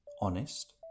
honest